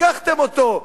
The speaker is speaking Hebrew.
לקחתם אותו.